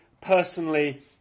personally